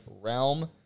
realm